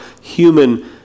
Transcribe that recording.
human